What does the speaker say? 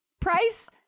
Price